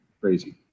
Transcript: crazy